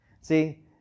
See